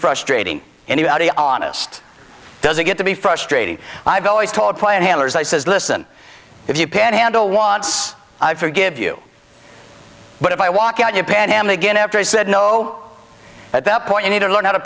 frustrating anybody honest does it get to be frustrating i've always told planners i says listen if you panhandle once i forgive you but if i walk out you're pan am again after i said no at that point i need to learn how to